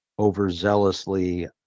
overzealously